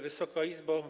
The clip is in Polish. Wysoka Izbo!